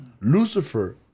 Lucifer